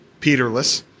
peterless